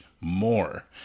more